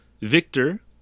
Victor